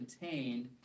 contained